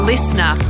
Listener